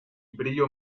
brillo